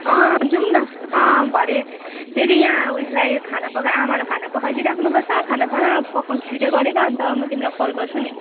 अँ जाऔँ अँ भरे फेरि यहाँ उस्लाई खाना पकाइ आमालाई खाना पकाइदिराख्नु पर्छ खाना साना पकाउँछु छिटै गरेर अन्त म तिमीलाई कल गर्छु नि